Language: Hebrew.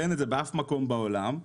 ואין את זה באף מקום בעולם,